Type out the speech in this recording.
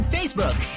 Facebook